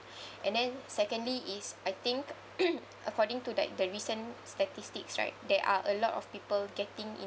and then secondly is I think according to that the recent statistics right there are a lot of people getting